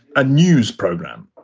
a news program.